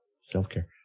self-care